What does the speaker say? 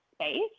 space